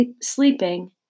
sleeping